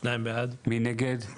הצבעה בעד, 2 נגד,